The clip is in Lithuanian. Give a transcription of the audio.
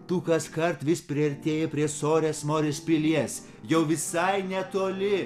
tu kaskart vis priartėji prie sorės morės pilies jau visai netoli